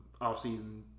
off-season